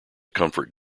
comfort